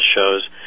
shows